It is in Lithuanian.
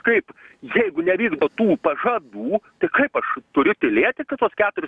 kaip jeigu nevykdo tų pažadų tai kaip aš turiu tylėti čia tuos keturis